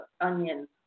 onion